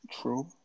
True